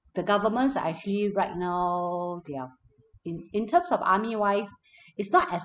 the governments are actually right now they're in in terms of army wise is not as